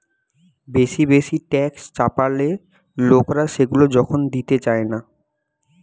বেশি বেশি ট্যাক্স চাপালে লোকরা সেগুলা যখন দিতে চায়না